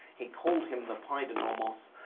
he called him the paidonomos.